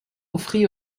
offrit